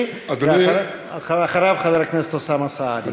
אחריו, חבר הכנסת אוסאמה סעדי.